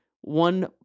one